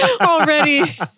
Already